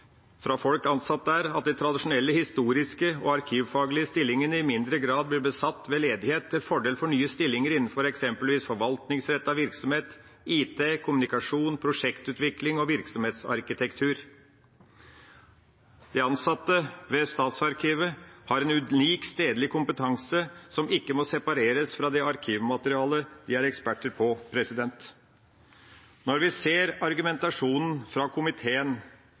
fra folk ansatt der at de tradisjonelle historiske og arkivfaglige stillingene i mindre grad blir besatt ved ledighet, til fordel for nye stillinger innenfor eksempelvis forvaltningsrettet virksomhet, IT, kommunikasjon, prosjektutvikling og virksomhetsarkitektur. De ansatte ved statsarkivet har en unik stedlig kompetanse, som ikke må separeres fra det arkivmaterialet de er eksperter på. Når vi ser argumentasjonen fra komiteen